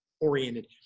oriented